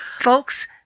Folks